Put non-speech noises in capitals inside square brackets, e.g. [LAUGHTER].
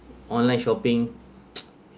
online shopping [NOISE]